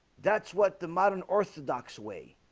that's what the modern orthodox way